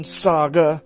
saga